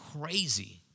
crazy